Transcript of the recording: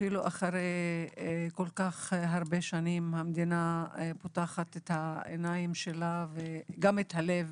אחרי כל כך הרבה שנים המדינה פותחת את העיניים שלה וגם את הלב